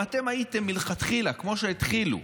אם מלכתחילה, כמו שהתחילו,